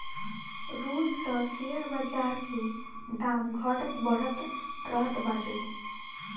रोज तअ शेयर बाजार के दाम घटत बढ़त रहत बाटे